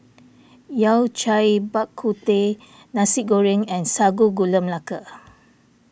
Yao Cai Bak Kut Teh Nasi Goreng and Sago Gula Melaka